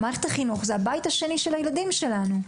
מערכת החינוך זה הבית השני של הילדים שלנו.